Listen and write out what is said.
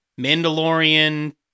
Mandalorian